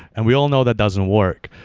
and we all know that doesn't work.